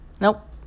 Nope